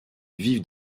vivent